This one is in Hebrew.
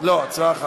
לא, הצעה אחת.